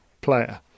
player